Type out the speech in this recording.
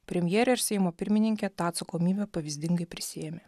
premjerė ir seimo pirmininkė tą atsakomybę pavyzdingai prisiėmė